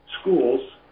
schools